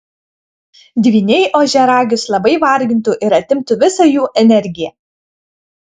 dvyniai ožiaragius labai vargintų ir atimtų visą jų energiją